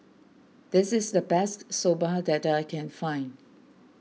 this is the best Soba that I can find